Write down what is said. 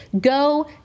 go